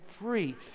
free